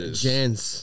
gents